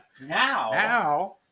now